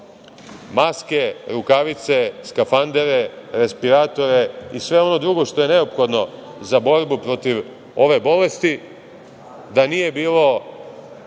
maske, rukavice, skafandere, respiratore i sve ono drugo što je neophodno za borbu protiv ove bolesti, da nije bilo